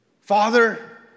Father